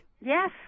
Yes